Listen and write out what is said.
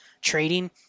trading